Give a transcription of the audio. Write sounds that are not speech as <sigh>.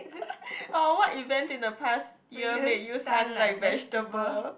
<laughs> or what events in the past year made you stun like vegetable